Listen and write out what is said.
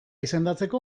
izendatzeko